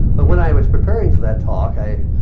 but when i was preparing for that talk, i.